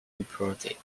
reported